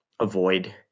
avoid